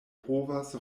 povas